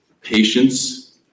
patience